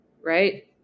right